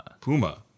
Puma